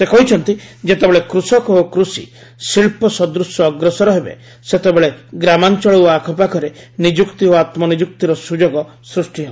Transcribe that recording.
ସେ କହିଛନ୍ତି ଯେତେବେଳେ କୁଷକ ଓ କୁଷି ଶିଳ୍ପ ସଦୂଶ ଅଗ୍ରସର ହେବେ ସେତେବେଳେ ଗ୍ରାମାଞ୍ଚଳ ଓ ଆଖପାଖରେ ନିଯୁକ୍ତି ଓ ଆତ୍ମନିଯୁକ୍ତିର ସୁଯୋଗ ସୃଷ୍ଟି ହେବ